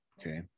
Okay